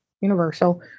universal